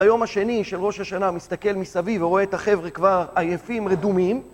היום השני של ראש השנה מסתכל מסביב ורואה את החבר'ה כבר עייפים, רדומים